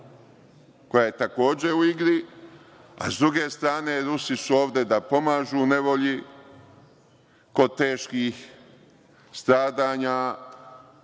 koja je takođe u igri, a s druge strane Rusi su ovde da pomažu u nevolji kod teških stradanja,